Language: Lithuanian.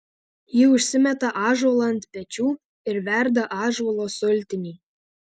ji užsimeta ąžuolą ant pečių ir verda ąžuolo sultinį